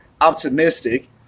optimistic